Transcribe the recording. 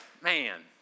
man